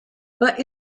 but